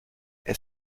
est